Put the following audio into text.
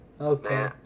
okay